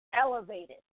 elevated